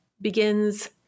begins